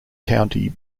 county